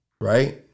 right